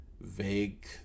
vague